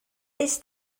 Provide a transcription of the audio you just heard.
ist